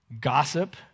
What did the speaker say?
gossip